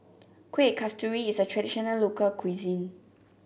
Kuih Kasturi is a traditional local cuisine